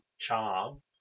charm